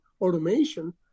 automation